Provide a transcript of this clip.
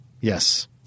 Yes